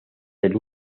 del